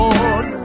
Lord